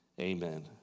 amen